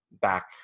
back